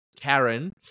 Karen